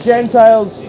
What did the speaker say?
Gentiles